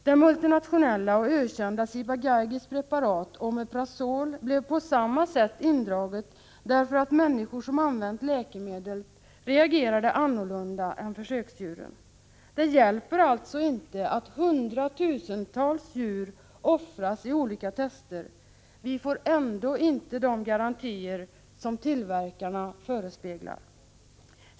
Det multinationella och ökända Ciba-Geigys preparat Omeprazol blev på samma sätt indraget därför att människor som använt läkemedlet reagerade annorlunda än försöksdjuren. Det hjälper alltså inte att hundratusentals djur offras i olika tester — vi får ändå inte de garantier som tillverkarna förespeglar.